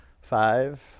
five